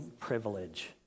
privilege